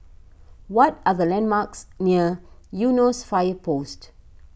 what are the landmarks near Eunos Fire Post